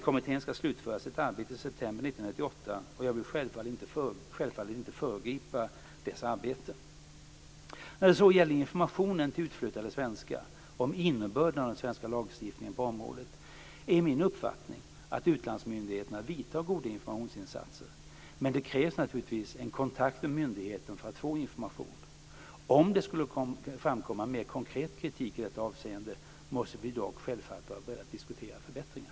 Kommittén skall slutföra sitt arbete i september 1998, och jag vill självfallet inte föregripa dess arbete. När det gäller informationen till utflyttade svenskar om innebörden av den svenska lagstiftningen på området, är min uppfattning att utlandsmyndigheterna vidtar goda informationsinsatser, men det krävs naturligtvis en kontakt med myndigheten för att få information. Om det skulle framkomma mer konkret kritik i detta avseende måste vi dock självfallet vara beredda att diskutera förbättringar.